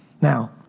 Now